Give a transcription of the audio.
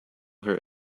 her